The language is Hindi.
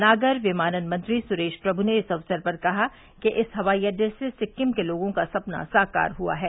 नागर विमानन मंत्री सुरेश प्रमु ने इस अवसर पर कहा कि इस हवाई अड्डे से सिक्किम के लोगों का सपना साकार हुआ है